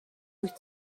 wyt